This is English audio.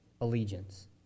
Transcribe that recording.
allegiance